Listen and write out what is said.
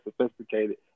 sophisticated